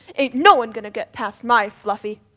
ain't no one gonna get past my fluffy.